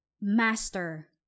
master